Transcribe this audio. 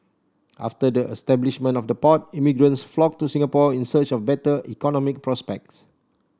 after the establishment of the port immigrants flocked to Singapore in search of better economic prospects